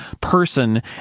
person